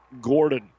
Gordon